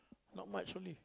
not much only